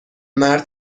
مرد